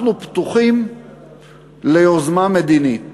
אנחנו פתוחים ליוזמה מדינית